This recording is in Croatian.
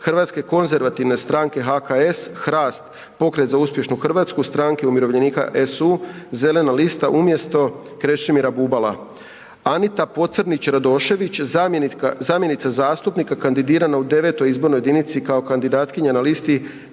Hrvatske konzervativne stranke, HKS, HRAST, Pokret za uspješnu Hrvatsku, Stranke umirovljenika, SU, Zelena lista umjesto Marija Radića. Stipo Mlinarić, zamjenik zastupnika kandidiran u VI. izbornoj jedinici kao kandidat na listi